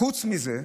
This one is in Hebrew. חוץ מזה,